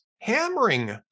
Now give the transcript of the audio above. hammering